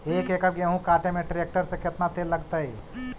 एक एकड़ गेहूं काटे में टरेकटर से केतना तेल लगतइ?